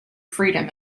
freedom